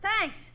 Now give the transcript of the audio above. Thanks